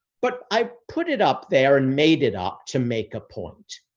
but i put it up there and made it up to make a point.